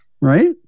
Right